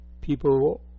people